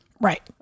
Right